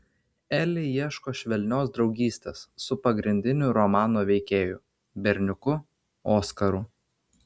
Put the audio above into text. eli ieško švelnios draugystės su pagrindiniu romano veikėju berniuku oskaru